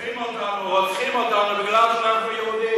תוקפים אותנו, רוצחים אותנו, כי אנחנו יהודים.